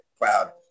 crowd